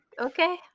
Okay